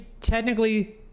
technically